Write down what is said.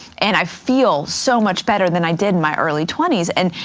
and i feel so much better than i did in my early twenty s. and